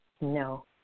No